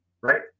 right